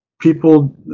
people